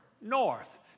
North